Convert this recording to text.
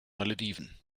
malediven